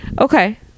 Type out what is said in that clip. okay